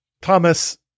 Thomas